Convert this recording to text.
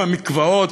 המקוואות,